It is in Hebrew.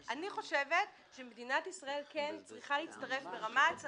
אני חושבת שמדינת ישראל כן צריכה להצטרף ברמה הצהרתית